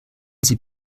sie